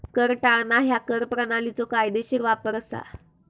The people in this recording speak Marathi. कर टाळणा ह्या कर प्रणालीचो कायदेशीर वापर असा